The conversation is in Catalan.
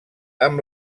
amb